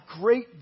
great